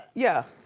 yeah.